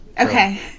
Okay